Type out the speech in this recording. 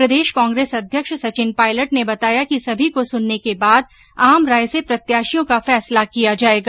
प्रदेश कांग्रेस अध्यक्ष सचिन पायलट ने बताया कि समी को सुनने के बाद आम राय से प्रत्याशियों का फैसला किया जाएगा